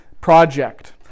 project